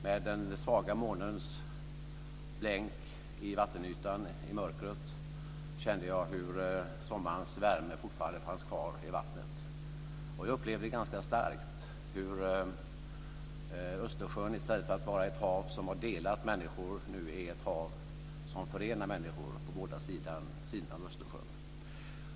Med den svaga månens blänk i vattenytan i mörkret kände jag hur sommarens värme fortfarande fanns kvar i vattnet. Jag upplevde ganska starkt hur Östersjön, i stället för att vara ett hav som har delat människor, nu är ett hav som förenar människor på båda sidor.